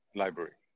library